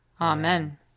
Amen